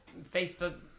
Facebook